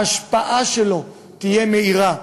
ההשפעה שלו תהיה מהירה,